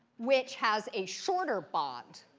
which has a shorter bond?